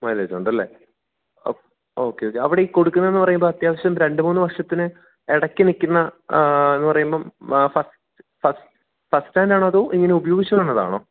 മൈലേജുണ്ടല്ലേ okay okay അവിടെ ഈ കൊടുക്കുന്നതിന് പറയുമ്പം അത്യാവശ്യം രണ്ട് മൂന്ന് വർഷത്തിന് ഇടയ്ക്ക് നിൽക്കുമ്പം എന്നുപറയുമ്പം ഫർസ്റ്റ് ഹാൻഡ് ആണോ അതോ ഇങ്ങനെ ഉപയോഗിച്ച് വന്നതാണോ